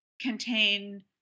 contain